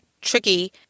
tricky